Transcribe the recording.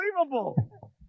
unbelievable